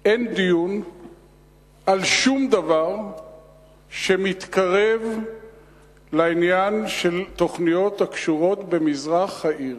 אין דיון על שום דבר שמתקרב לעניין של תוכניות הקשורות למזרח העיר.